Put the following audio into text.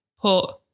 put